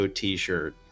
t-shirt